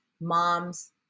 mom's